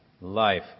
life